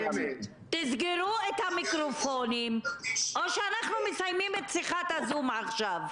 תסגרו את המיקרופונים או שאנחנו מסיימים את שיחת ה-zoom עכשיו,